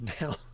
Now